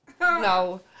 No